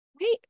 Wait